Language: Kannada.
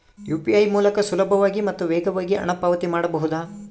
ಯು.ಪಿ.ಐ ಮೂಲಕ ಸುಲಭವಾಗಿ ಮತ್ತು ವೇಗವಾಗಿ ಹಣ ಪಾವತಿ ಮಾಡಬಹುದಾ?